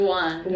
one